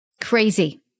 crazy